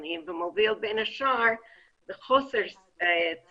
שונים וזה מוביל בין השאר לחוסר ציות,